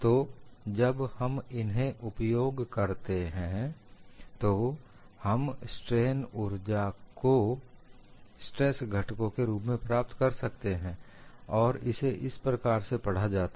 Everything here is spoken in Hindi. तो जब हम इन्हें उपयोग करते हैं तो हम स्ट्रेन ऊर्जा को स्ट्रेस घटकों के रूप में प्राप्त कर सकते हैं और इसे इस प्रकार से पढ़ा जाता है